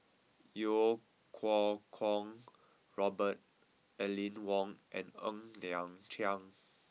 Iau Kuo Kwong Robert Aline Wong and Ng Liang Chiang